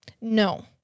No